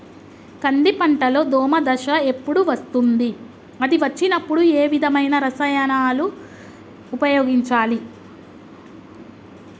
కంది పంటలో దోమ దశ ఎప్పుడు వస్తుంది అది వచ్చినప్పుడు ఏ విధమైన రసాయనాలు ఉపయోగించాలి?